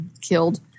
killed